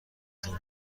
ظهر